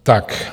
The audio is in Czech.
Tak.